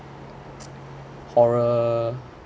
horror